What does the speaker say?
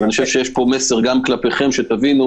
אני חוב שיש פה מסר גם כלפיכם כדי שתבינו,